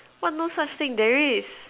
what no such thing there is